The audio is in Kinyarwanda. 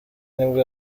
nibwo